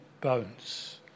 bones